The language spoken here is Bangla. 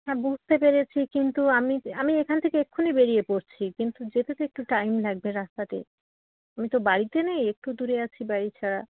হ্যাঁ বুঝতে পেরেছি কিন্তু আমি আমি এখান থেকে এক্ষুনি বেরিয়ে পড়ছি কিন্তু যেতে তো একটু টাইম লাগবে রাস্তাতে আমি তো বাড়িতে নেই একটু দূরে আছি বাড়ি ছাড়া